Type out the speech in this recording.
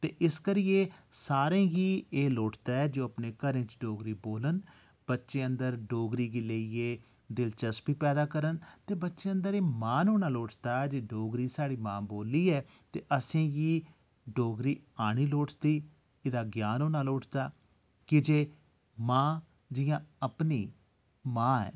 ते इस करियै सारें गी एह् लोड़चदा ऐ जे ओह् अपने घरें डोगरी बोल्ल्न बच्चें अंदर डोगरी गी लेइयै दिलचस्पी पैदा करन ते बच्चें अंदर एह् मान होना लोड़चदा जे डोगरी साढ़ी मां बोल्ली ऐ ते असें गी डोगरी औनी लोड़चदी एह्दा ज्ञान होना लोड़चदा की जे मां जि'यां अपनी मां ऐ